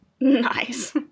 Nice